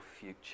future